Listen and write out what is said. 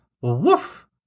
Woof